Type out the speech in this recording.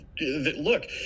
look